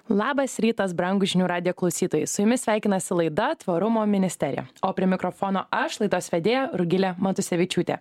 labas rytas brangūs žinių radijo klausytojai su jumis sveikinasi laida tvarumo ministerija o prie mikrofono aš laidos vedėja rugilė matusevičiūtė